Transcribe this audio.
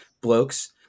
blokes